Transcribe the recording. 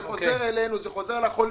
זה חוזר אלינו, זה חוזר לחולים.